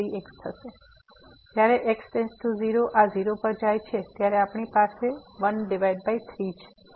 તેથી જ્યારે x → 0 આ 0 પર જાય છે ત્યારે આપણી પાસે 13 છે